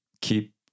keep